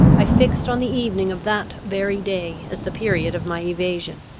i fixed on the evening of that very day as the period of my evasion.